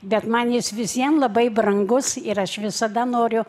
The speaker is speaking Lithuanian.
bet man jis vis vien labai brangus ir aš visada noriu